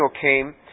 came